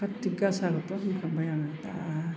काटि गासाखौथ' होनखांबाय आङो दा